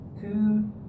two